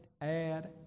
add